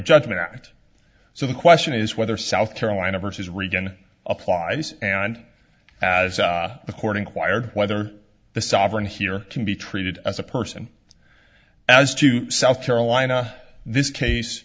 judgement act so the question is whether south carolina versus regan applies and as according quired whether the sovereign here can be treated as a person as to south carolina this case